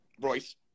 Royce